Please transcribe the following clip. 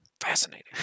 Fascinating